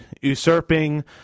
usurping